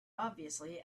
obviously